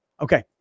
Okay